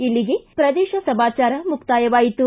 ಇಲ್ಲಿಗೆ ಪ್ರದೇಶ ಸಮಾಚಾರ ಮುಕ್ತಾಯವಾಯಿತು